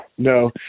No